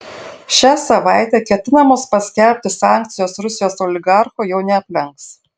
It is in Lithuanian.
šią savaitę ketinamos paskelbti sankcijos rusijos oligarchų jau neaplenks